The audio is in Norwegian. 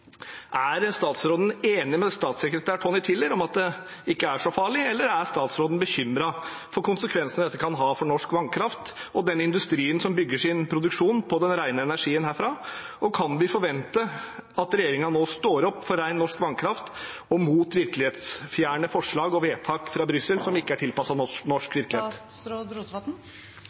Er statsråden enig med statssekretær Tony Tiller i at det ikke er så farlig, eller er statsråden bekymret for konsekvensene dette kan ha for norsk vannkraft og den industrien som bygger sin produksjon på den rene energien derfra? Kan vi forvente at regjeringen nå står opp for ren, norsk vannkraft og mot virkelighetsfjerne forslag og vedtak fra Brussel som ikke er tilpasset norsk virkelighet?